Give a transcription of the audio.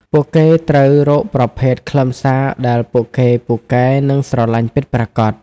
ពួកគេត្រូវរកប្រភេទខ្លឹមសារដែលពួកគេពូកែនិងស្រលាញ់ពិតប្រាកដ។